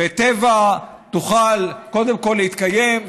וטבע תוכל קודם כול להתקיים,